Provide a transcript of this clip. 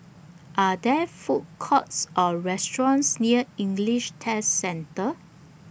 Are There Food Courts Or restaurants near English Test Centre